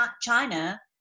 China